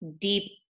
deep